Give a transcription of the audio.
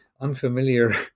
unfamiliar